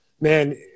man